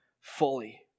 fully